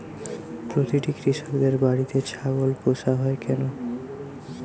প্রতিটি কৃষকদের বাড়িতে ছাগল পোষা হয় কেন?